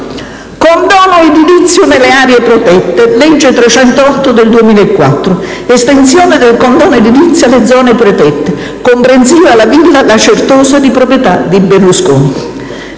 Condono edilizio nelle aree protette (legge n. 308 del 2004): estensione del condono edilizio alle zone protette (comprensiva la villa "La Certosa" di proprietà di Berlusconi).